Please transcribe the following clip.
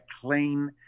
clean